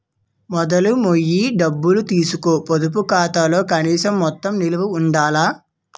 మొదలు మొయ్య డబ్బులు తీసీకు పొదుపు ఖాతాలో కనీస మొత్తం నిలవ ఉండాల